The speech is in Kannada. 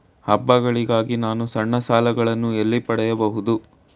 ಹಬ್ಬಗಳಿಗಾಗಿ ನಾನು ಸಣ್ಣ ಸಾಲಗಳನ್ನು ಎಲ್ಲಿ ಪಡೆಯಬಹುದು?